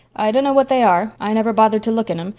i dunno what they are i never bothered to look in em,